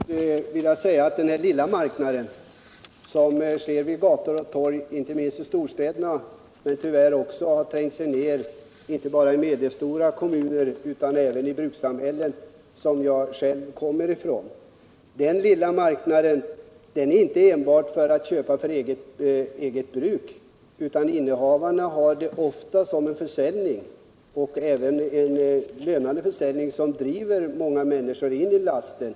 Herr talman! Jag skulle bara helt kort vilja säga att den lilla marknaden på gator och torg i storstäderna tyvärr också trängt ner inte bara till medelstora kommuner utan även till brukssamhällena — jag bor själv i ett sådant. Den lilla marknaden betyder inte att man köper enbart för eget bruk, utan innehavarna idkar ofta försäljning — och en lönande försäljning —- som driver många människor in i lasten.